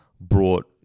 brought